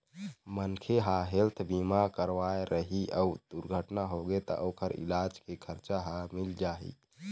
मनखे ह हेल्थ बीमा करवाए रही अउ दुरघटना होगे त ओखर इलाज के खरचा ह मिल जाही